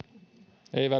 ei